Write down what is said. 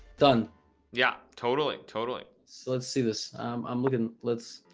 done yeah totally totally so let's see this i'm looking let's